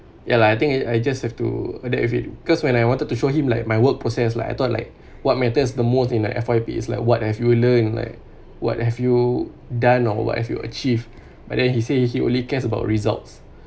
ya lah I think I just have to cause when I wanted to show him like my work process like I thought like what matters the most in like F_Y_P is like what have you learnt like what have you done or what have you achieved but then he say he he only cares about results